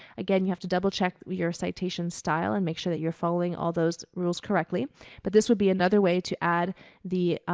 again, you have to double check your citation style and make sure that you're following all those rules correctly but this would be another way to add the